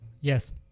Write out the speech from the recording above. Yes